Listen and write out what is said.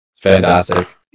fantastic